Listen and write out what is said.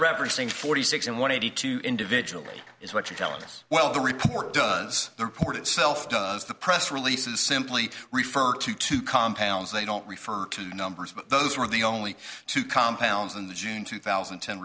referencing forty six and one hundred two individuals is what you're telling us well the report does the report itself does the press releases simply refer to two compounds they don't refer to numbers but those were the only two compounds in the june two thousand